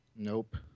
Nope